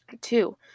Two